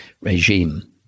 regime